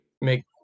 make